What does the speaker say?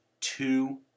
two